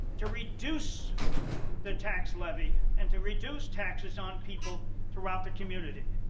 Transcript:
to reduce the tax levy and to reduce taxes on people throughout the community.